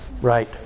right